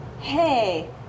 Hey